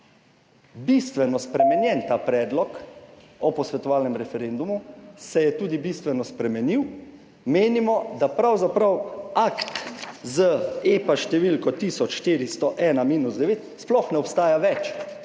bistveno spremenjen ta predlog o posvetovalnem referendumu, se je tudi bistveno spremenil, menimo, da pravzaprav akt z EPA številko 1401-IX sploh ne obstaja več